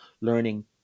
learning